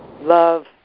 love